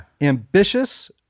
Ambitious